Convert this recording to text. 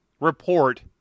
report